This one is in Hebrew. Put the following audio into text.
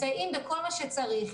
מסייעים בכל מה שצריך.